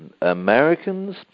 Americans